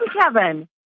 Kevin